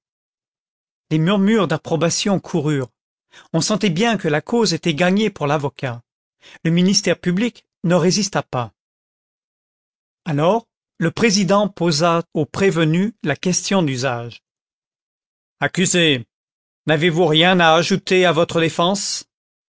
des murmures d'approbation coururent on sentait bien que la cause était gagnée pour l'avocat le ministère public ne résista pas alors le président posa au prévenu la question d'usage accusé n'avez-vous rien à ajouter pour votre défense